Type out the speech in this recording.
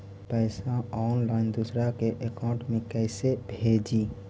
पैसा ऑनलाइन दूसरा के अकाउंट में कैसे भेजी?